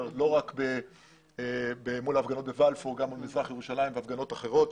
ולא רק מול ההפגנות בבלפור אלא גם במזרח ירושלים ובהפגנות אחרות.